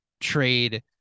trade